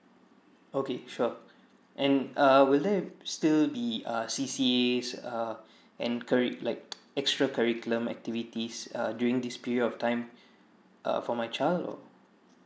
okay sure and uh will there still be uh C_C_As uh and curri~ like extra curriculum activities uh during this period of time uh for my child or